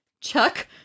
Chuck